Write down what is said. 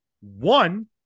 one